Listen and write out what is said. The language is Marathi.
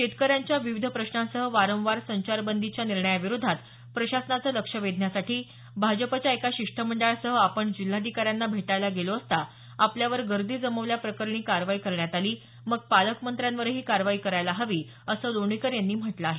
शेतकऱ्यांच्या विविध प्रश्नांसह वारंवार संचारबंदीच्या निर्णयाविरोधात प्रशासनाचं लक्ष वेधण्यासाठी भाजपच्या एका शिष्टमंडळासह आपण जिल्हाधिकाऱ्यांना भेटायला गेलो असता आपल्यावर गर्दी जमवल्याप्रकरणी कारवाई करण्यात आली मग पालकमंत्र्यांवरही कारवाई करायला हवी असं लोणीकर यांनी म्हटलं आहे